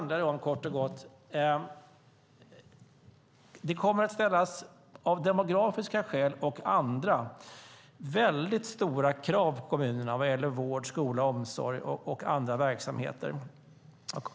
Det kommer av demografiska och andra skäl att ställas stora krav på kommunerna när det gäller vård, skola, omsorg och andra verksamheter.